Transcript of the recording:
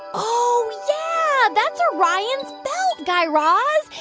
oh, yeah. that's orion's belt, guy raz.